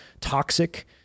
toxic